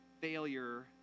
failure